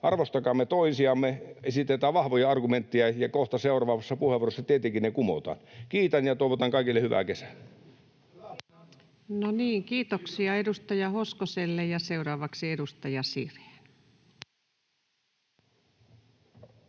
arvostakaamme toisiamme. Esitetään vahvoja argumentteja, ja kohta seuraavassa puheenvuorossa tietenkin ne kumotaan. Kiitän ja toivotan kaikille hyvää kesää. [Eduskunnasta: Kiitos!] [Speech 298] Speaker: